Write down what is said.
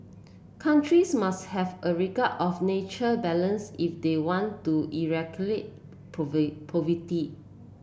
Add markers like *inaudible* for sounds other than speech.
countries must have a regard of nature balance if they want to *unintelligible* poverty